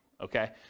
Okay